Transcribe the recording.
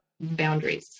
boundaries